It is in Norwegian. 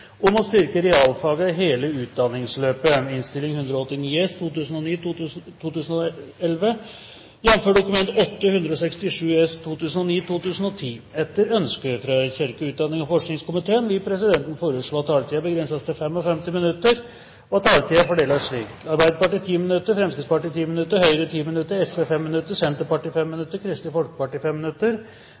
om status og utsikter for norsk havbruksnæring legges ut for behandling i et senere møte. – Ingen innvendinger er kommet mot det, og det anses vedtatt. Etter ønske fra kirke-, utdannings- og forskningskomiteen vil presidenten foreslå at taletiden begrenses til 55 minutter, og at taletiden fordeles slik: Arbeiderpartiet 10 minutter, Fremskrittspartiet 10 minutter, Høyre 10 minutter, Sosialistisk Venstreparti 5 minutter, Senterpartiet 5 minutter, Kristelig Folkeparti 5 minutter,